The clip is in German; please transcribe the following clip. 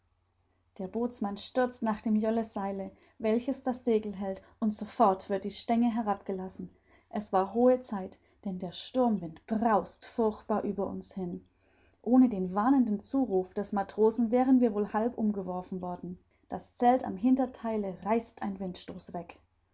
der bootsmann stürzt nach dem jöllseile welches das segel hält und sofort wird die stenge herabgelassen es war hohe zeit denn der sturmwind braust furchtbar über uns hin ohne den warnenden zuruf des matrosen wären wir wohl halb umgeworfen worden das zelt am hintertheile reißt ein windstoß weg